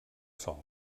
sol